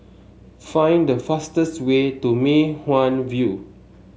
find the fastest way to Mei Hwan View